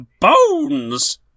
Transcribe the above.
bones